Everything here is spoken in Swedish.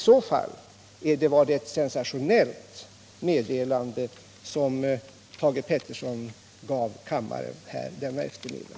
I så fall var det ett sensationellt meddelande som Thage Peterson gav kammaren här denna eftermiddag.